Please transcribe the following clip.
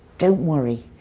don't worry.